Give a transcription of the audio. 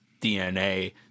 dna